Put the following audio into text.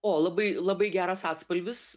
o labai labai geras atspalvis